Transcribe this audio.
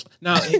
Now